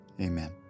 Amen